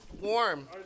warm